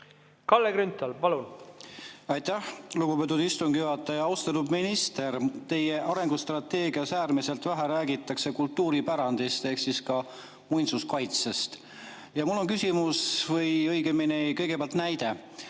Kalle Grünthal, palun! Aitäh, lugupeetud istungi juhataja! Austatud minister! Teie arengustrateegias on äärmiselt vähe räägitud kultuuripärandiga [seoses] muinsuskaitsest. Mul on küsimus või õigemini kõigepealt näide.